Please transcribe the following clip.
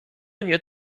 nie